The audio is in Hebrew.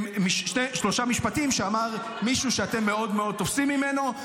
משלושה משפטים שאמר מישהו שאתם מאוד מאוד תופסים ממנו.